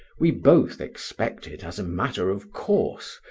we both expected, as a matter of course,